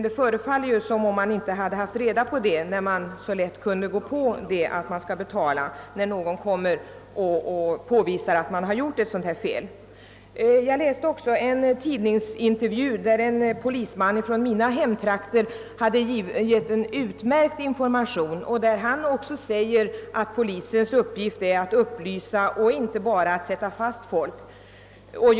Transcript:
Det förefaller som om många inte haft reda på det, eftersom man så lätt kunnat förmås att betala när någon påvisat att man begått ett fel. I en tidningsintervju, som jag läst, lämnade en polisman från mina hemtrakter en utmärkt information. Han betonade att polisens uppgift också är att upplysa folk och inte bara att sätta fast de felande.